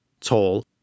tall